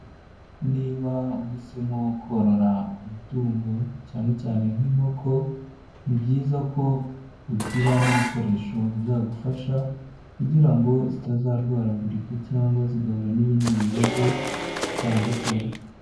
Niba uhisemo korora amatungo cyane cyane nk'inkoko, ni byiza ko ugira n'ibikoresho bizagufasha, kugira ngo zitazarwaragurika cyangwa zigahura n'ibindi bibazo bitandukanye.